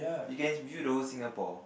you can view the whole Singapore